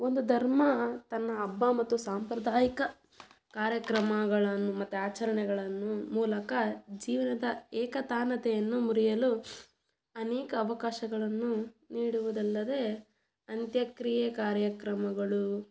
ಒಂದು ಧರ್ಮ ತನ್ನ ಹಬ್ಬ ಮತ್ತು ಸಾಂಪ್ರದಾಯಿಕ ಕಾರ್ಯಕ್ರಮಗಳನ್ನು ಮತ್ತು ಆಚರಣೆಗಳನ್ನು ಮೂಲಕ ಜೀವನದ ಏಕತಾನತೆಯನ್ನು ಮುರಿಯಲು ಅನೇಕ ಅವಕಾಶಗಳನ್ನು ನೀಡುವುದಲ್ಲದೇ ಅಂತ್ಯಕ್ರಿಯೆ ಕಾರ್ಯಕ್ರಮಗಳು